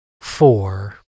four